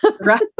Right